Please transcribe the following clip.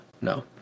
no